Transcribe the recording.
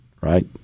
right